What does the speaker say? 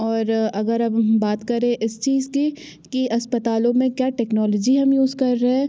और अगर अब हम बात करें इस चीज की कि अस्पतालों मे क्या टेक्नोलजी हम यूज़ कर रहे हैं